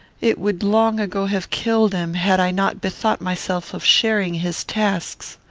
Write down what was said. it would long ago have killed him, had i not bethought myself of sharing his tasks.